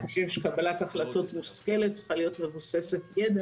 אנחנו חושבים שקבלת החלטות מושכלת צריכה להיות מבוססת יידע,